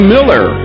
Miller